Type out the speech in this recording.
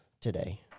today